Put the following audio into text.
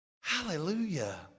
Hallelujah